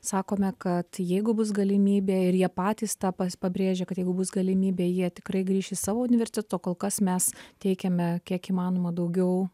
sakome kad jeigu bus galimybė ir jie patys tą pabrėžia kad jeigu bus galimybė jie tikrai grįš į savo universitetus o kol kas mes teikiame kiek įmanoma daugiau